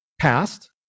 past